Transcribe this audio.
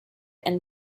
and